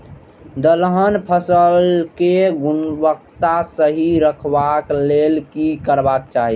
दलहन फसल केय गुणवत्ता सही रखवाक लेल की करबाक चाहि?